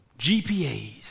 GPAs